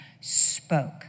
spoke